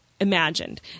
imagined